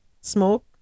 Smoke